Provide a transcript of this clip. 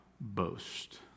boast